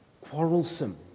quarrelsome